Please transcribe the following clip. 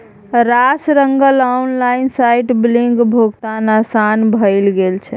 रास रंगक ऑनलाइन साइटसँ बिलक भोगतान आसान भए गेल छै